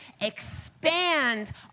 expand